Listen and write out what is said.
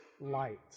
light